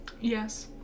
yes